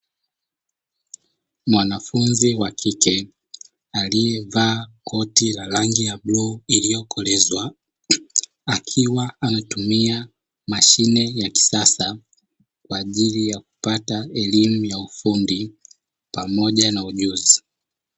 Mwanafunzi wa kike aliyevaa koti la rangi ya bluu iliyokolezwa akiwa anatumia mashine ya kisasa kwa ajili ya kupata elimu ya ufundi pamoja na ujuzi.